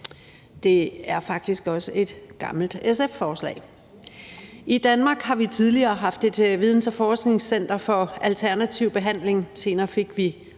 Det er faktisk også et gammelt SF-forslag. I Danmark har vi tidligere haft et videns- og forskningscenter for alternativ behandling. Vi fik